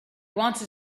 wanted